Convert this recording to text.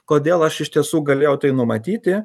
kodėl aš iš tiesų galėjau tai numatyti